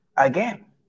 again